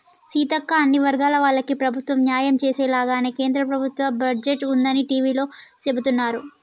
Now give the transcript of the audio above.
సీతక్క అన్ని వర్గాల వాళ్లకి ప్రభుత్వం న్యాయం చేసేలాగానే కేంద్ర ప్రభుత్వ బడ్జెట్ ఉందని టివీలో సెబుతున్నారు